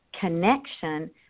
connection